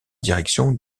direction